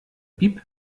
bib